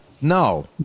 No